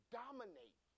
dominate